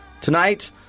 Tonight